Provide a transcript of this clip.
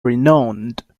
renowned